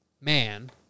man